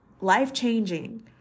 life-changing